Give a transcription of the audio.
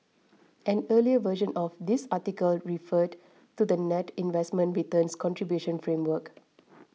an earlier version of this article referred to the net investment returns contribution framework